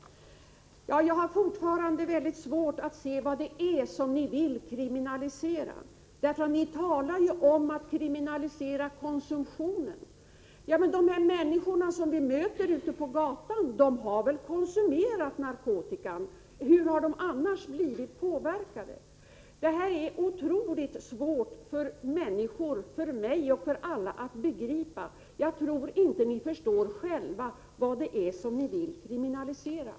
Jag har fortfarande mycket svårt att se vad det är som ni vill kriminalisera. Ni talar ju om att kriminalisera konsumtionen. Men de människor som vi möter ute på gatan och som vi ser är påverkade har väl konsumerat narkotikan? Hur har de annars blivit påverkade? Det är otroligt svårt för mig och för alla människor att begripa hur ni resonerar. Jag tror inte ni förstår själva vad det är ni vill kriminalisera.